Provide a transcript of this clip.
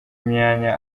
myanya